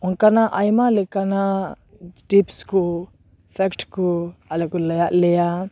ᱚᱱᱠᱟᱱᱟᱜ ᱟᱭᱢᱟ ᱞᱮᱠᱟᱱ ᱴᱤᱯᱥ ᱠᱚ ᱯᱷᱮᱠᱴ ᱠᱚ ᱟᱞᱮ ᱠᱚ ᱞᱟᱹᱭᱟᱫ ᱞᱮᱭᱟ